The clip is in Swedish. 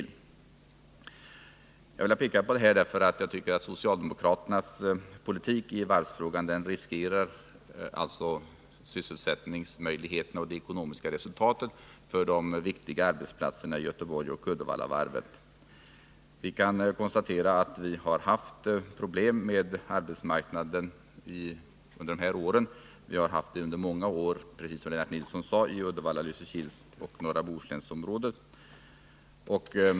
Jag har velat peka på detta, för jag tycker att socialdemokraternas politik i varvsfrågan riskerar sysselsättningsmöjligheterna och det ekonomiska resultatet för de viktiga arbetsplatserna vid Göteborgsoch Uddevallavarven. Vi kan konstatera att vi har haft problem på arbetsmarknaden under dessa år. Vi har haft det under många år, precis som Lennart Nilsson sade, i Uddevalla-Lysekil och i norra Bohuslän.